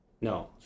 No